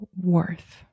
worth